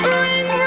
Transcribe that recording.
ring